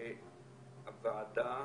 הוועדה,